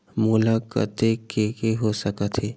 मोला कतेक के के हो सकत हे?